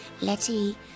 Letty